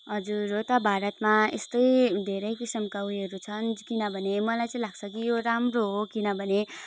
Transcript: हजुर हो त भारतमा यस्तै धेरै किसिमका उयोहरू छन् किनभने मलाई चाहिँ लाग्छ कि यो राम्रो हो किनभने